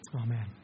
Amen